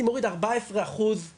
שרוצים לדחות את שימור היחידות בכמה